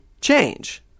change